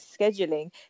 scheduling